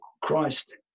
Christ